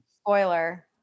Spoiler